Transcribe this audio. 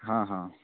हँ हँ